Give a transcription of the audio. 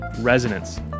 Resonance